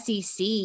sec